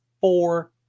Four